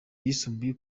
yisumbuye